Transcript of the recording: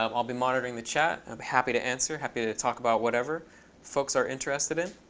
um i'll be monitoring the chat. i'm happy to answer, happy to talk about whatever folks are interested in.